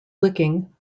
licking